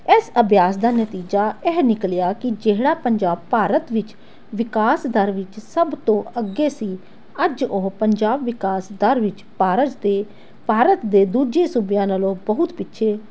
ਇਸ ਦਾ ਅਭਿਆਸ ਦਾ ਨਤੀਜਾ ਇਹ ਨਿਕਲਿਆ ਕਿ ਜਿਹੜਾ ਪੰਜਾਬ ਭਾਰਤ ਵਿੱਚ ਵਿਕਾਸ ਦਰ ਵਿੱਚ ਸਭ ਤੋਂ ਅੱਗੇ ਸੀ ਅੱਜ ਉਹ ਪੰਜਾਬ ਵਿਕਾਸ ਦਰ ਵਿੱਚ ਭਾਰਤ ਦੇ ਭਾਰਤ ਦੇ ਦੂਜੇ ਸੂਬਿਆਂ ਨਾਲੋਂ ਬਹੁਤ ਪਿੱਛੇ